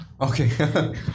Okay